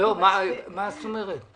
מה זאת אומרת?